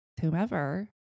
whomever